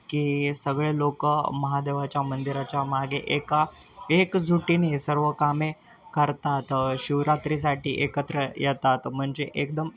की सगळे लोकं महादेवाच्या मंदिराच्या मागे एका एकजुटीने हे सर्व कामे करतात शिवरात्रीसाठी एकत्र येतात म्हणजे एकदम